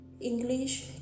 english